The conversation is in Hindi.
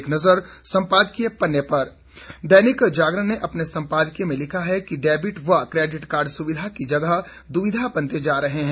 एक नज़र संपादकीय पन्ने पर दैनिक जागरण ने अपने संपादकीय में लिखा है कि डेविट व क्रेडिट कार्ड सुविधा की जगह दुविधा बनते जा रहे हैं